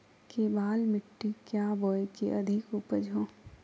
केबाल मिट्टी क्या बोए की अधिक उपज हो?